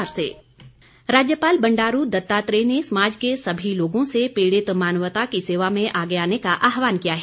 राज्यपाल राज्यपाल बंडारू दत्तात्रेय ने समाज के सभी लोगों से पीड़ित मानवता की सेवा में आगे आने का आहवान किया है